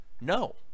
No